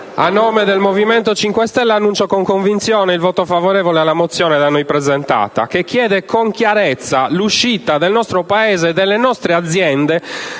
a nome del Movimento 5 Stelle annuncio, con convinzione, il voto favorevole alla mozione da noi presentata, che chiede con chiarezza l'uscita del nostro Paese e delle nostre aziende